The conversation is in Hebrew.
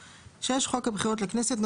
(6) חוק הבחירות לכנסת ,